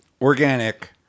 organic